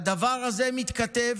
והדבר הזה מתכתב